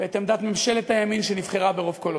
ואת עמדת ממשלת הימין שנבחרה ברוב קולות.